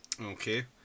Okay